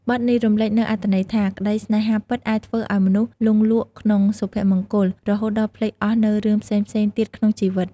បទនេះរំលេចនូវអត្ថន័យថា ក្តីស្នេហាពិតអាចធ្វើឲ្យមនុស្សលង់លក់ក្នុងសុភមង្គល រហូតដល់ភ្លេចអស់នូវរឿងផ្សេងៗទៀតក្នុងជីវិត។